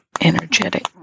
energetic